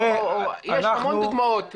יש המון דוגמאות.